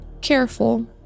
careful